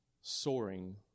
soaring